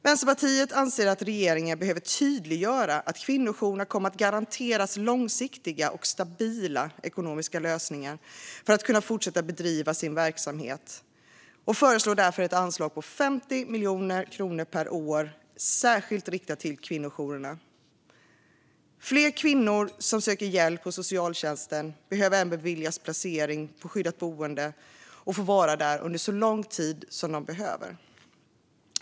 Vänsterpartiet anser att regeringen behöver tydliggöra att kvinnojourerna kommer att garanteras långsiktiga och stabila ekonomiska lösningar för att kunna fortsätta bedriva sin verksamhet och föreslår därför ett anslag på 50 miljoner kronor per år som ska vara särskilt riktat till kvinnojourerna. Fler kvinnor som söker hjälp hos socialtjänsten behöver även beviljas placering på skyddat boende och få vara där under så lång tid som de behöver.